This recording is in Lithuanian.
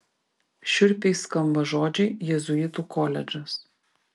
šiurpiai skamba žodžiai jėzuitų koledžas